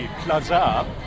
plaza